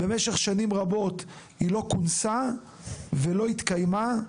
במשך שנים רבות היא לא כונסה ולא התקיימה,